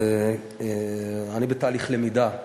ואני בתהליך למידה.